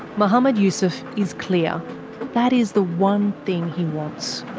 mohammed yusuf is clear that is the one thing he wants.